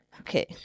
Okay